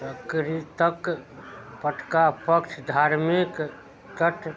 सङ्गीतके पटका पक्ष धार्मिक तट